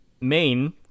main